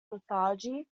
lethargy